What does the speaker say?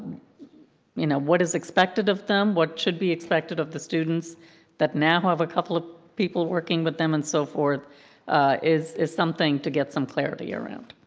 you know, what is expected of them, what should be expected of the students that now have a couple of people working with them and so forth is is something to get some clarity around.